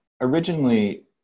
originally